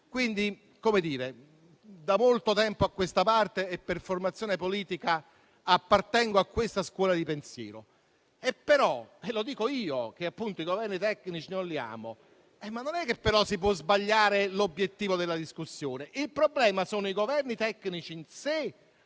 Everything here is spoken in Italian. Paese. Pertanto, da molto tempo a questa parte e per formazione politica appartengo a questa scuola di pensiero. Tuttavia - e lo dico io, che i Governi tecnici non li amo - non si può sbagliare l'obiettivo della discussione. Il problema sono i Governi tecnici in sé